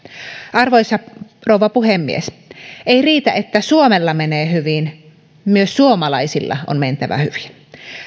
arvoisa rouva puhemies ei riitä että suomella menee hyvin myös suomalaisilla on mentävä hyvin